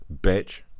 bitch